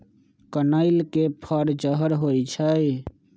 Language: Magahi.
कनइल के फर जहर होइ छइ